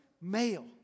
male